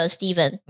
Steven，